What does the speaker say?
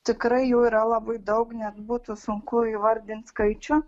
tikrai jų yra labai daug net būtų sunku įvardint skaičių